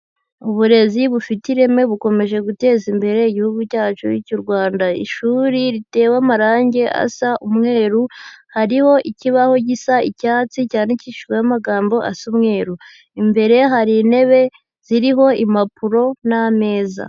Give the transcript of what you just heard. Uburezi bufite ireme bukomeje guteza imbere Igihugu cyacu cy'u Rwanda, ishuri ritewe amarange asa umweru, hariho ikibaho gisa icyatsi, cyandikishijweho amagambo asa umweru, imbere hari intebe ziriho impapuro n'ameza.